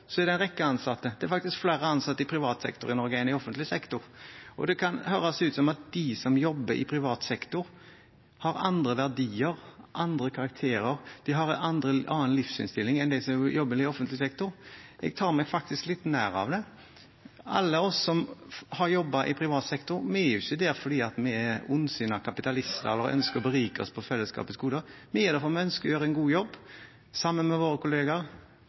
i Norge enn i offentlig sektor. Det kan høres ut som at de som jobber i privat sektor, har andre verdier, andre karakterer og en annen livsinnstilling enn dem som jobber i offentlig sektor. Jeg tar meg faktisk litt nær av det. Vi som har jobbet i privat sektor, er ikke der fordi vi er ondsinnede kapitalister og ønsker å berike oss på fellesskapets goder. Vi er der fordi vi ønsker å gjøre en god jobb, sammen med våre